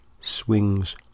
swings